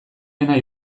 dena